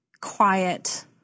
quiet